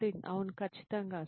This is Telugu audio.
నితిన్ అవును ఖచ్చితంగా